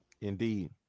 Indeed